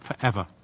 forever